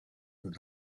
where